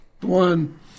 One